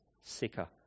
sicker